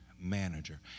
manager